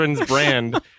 brand